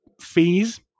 fees